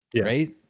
right